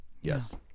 yes